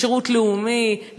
שירות לאומי,